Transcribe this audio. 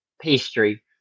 pastry